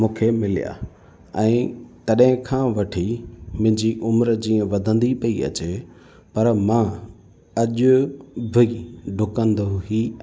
मूंखे मिलिया ऐं तॾहिं खां वठी मुंहिंजी उमिरि जीअं वधंदी पई अचे पर मां अॼ बि डुकंदो ई आहियां